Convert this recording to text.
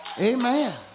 Amen